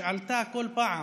שעלתה כל פעם